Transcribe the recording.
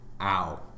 ow